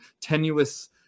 tenuous